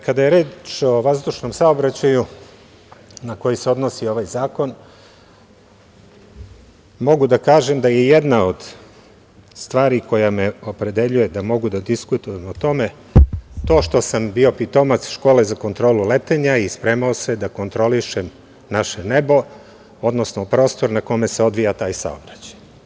Kada je reč o vazdušnom saobraćaju na koji se odnosi ovaj zakon, mogu da kažem da je jedna od stvari koja me opredeljuje da mogu da diskutujem o tome to što sam bio pitomac škole za kontrolu letenja i spremao se da kontrolišem naše nebo, odnosno prostor na kome se odvija taj saobraćaj.